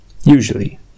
Usually